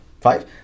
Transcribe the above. Five